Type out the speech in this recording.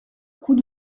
coup